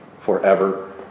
forever